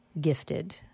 gifted